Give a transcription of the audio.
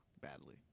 badly